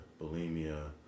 bulimia